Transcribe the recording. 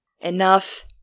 Enough